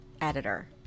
editor